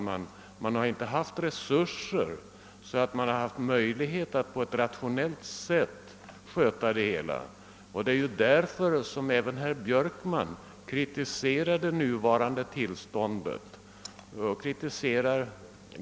Men man har inte haft resurser för att rationellt kunna bedriva verksamheten. Det är också anled ningen till att även herr Björkman ganska kraftigt har kritiserat det nuvarande tillståndet.